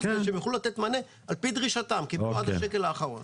כך שהם יוכלו לתת מענה לפי דרישתם עד השקל האחרון.